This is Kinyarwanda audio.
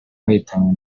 bahitanywe